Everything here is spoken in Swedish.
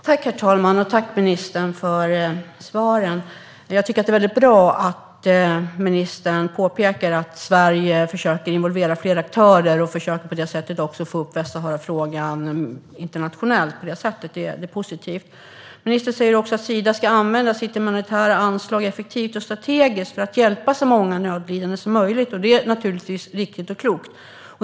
Herr talman! Tack, ministern, för svaren! Jag tycker att det är väldigt bra att ministern påpekar att Sverige försöker involvera fler aktörer och på det sättet också försöker få upp Västsaharafrågan internationellt. Det är positivt. Ministern säger också att Sida ska använda sitt humanitära anslag effektivt och strategiskt för att hjälpa så många nödlidande som möjligt. Det är naturligtvis riktigt och klokt.